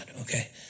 okay